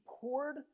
poured